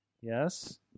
Yes